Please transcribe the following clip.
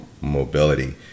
mobility